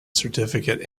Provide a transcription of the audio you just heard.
certificate